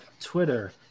Twitter